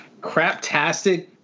craptastic